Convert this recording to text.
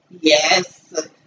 Yes